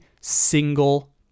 single